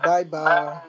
Bye-bye